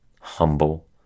humble